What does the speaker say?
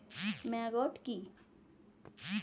Maggot কি?